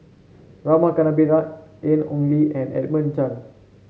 Rama Kannabiran Ian Ong Li and Edmund Chen